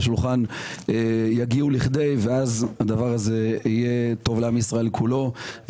על השולחן יגיעו לכדי והדבר הזה יהיה טוב לעם ישראל כולו.